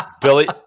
Billy